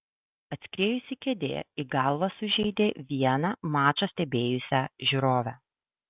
atskriejusi kėdė į galvą sužeidė vieną mačą stebėjusią žiūrovę